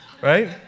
Right